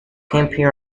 camping